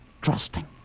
trusting